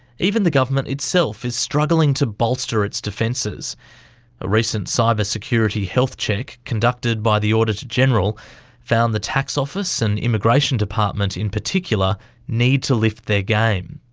even the government itself is struggling to bolster its defences a recent cyber security health check conducted by the auditor-general found the tax office and immigration department in particular need to lift their game.